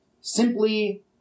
simply